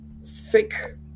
sick